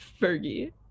fergie